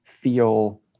feel